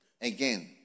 Again